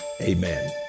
amen